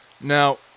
Now